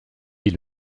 est